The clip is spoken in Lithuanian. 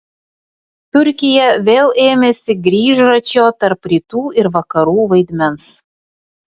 turkija vėl ėmėsi grįžračio tarp rytų ir vakarų vaidmens